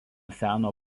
seno